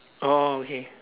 oh okay